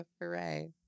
Hooray